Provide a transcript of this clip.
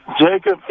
Jacob